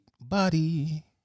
body